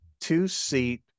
two-seat